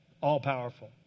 all-powerful